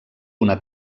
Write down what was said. una